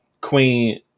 Queen